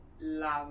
love